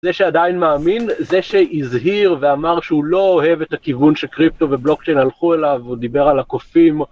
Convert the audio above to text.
זה שעדיין מאמין, זה שהזהיר ואמר שהוא לא אוהב את הכיוון שקריפטו ובלוקצ'יין הלכו אליו, הוא דיבר על הקופים.